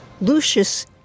Lucius